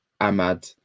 Ahmad